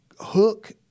hook